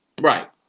Right